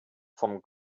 vom